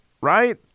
right